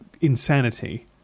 insanity